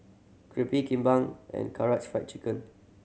Crepe Kimbap and Karaage Fried Chicken